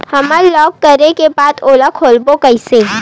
हमर ब्लॉक करे के बाद ओला खोलवाबो कइसे?